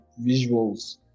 visuals